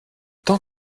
tant